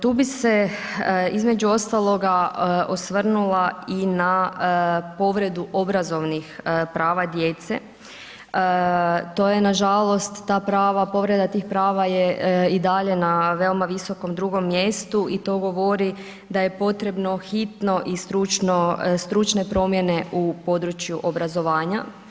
Tu bi se između ostaloga osvrnula i na povredu obrazovnih prava djece, to je nažalost, ta prava, povredu tih prava je i dalje na veoma visokom drugom mjestu i to govori da je potrebno hitno i stručno, stručne promjene u području obrazovanja.